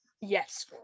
Yes